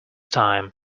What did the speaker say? time